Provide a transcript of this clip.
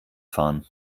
fahren